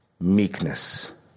meekness